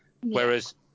Whereas